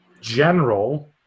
general